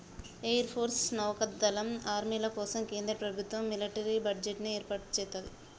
air force, నౌకా దళం, ఆర్మీల కోసం కేంద్ర ప్రభుత్వం మిలిటరీ బడ్జెట్ ని ఏర్పాటు సేత్తది